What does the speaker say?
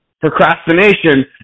procrastination